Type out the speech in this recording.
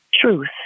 truth